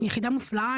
יחידה מופלאה.